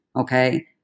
Okay